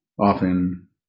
often